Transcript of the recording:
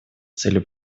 цели